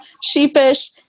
sheepish